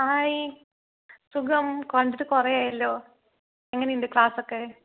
hi സുഖം കണ്ടിട്ട് കുറേ ആയല്ലോ എങ്ങനെയുണ്ട് ക്ലാസ്സൊക്കെ